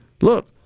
look